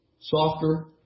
softer